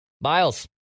miles